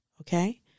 Okay